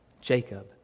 Jacob